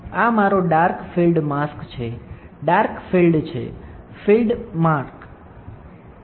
આ મારો dark field mask છે ડાર્ક ફીલ્ડ છે